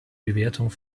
bewertung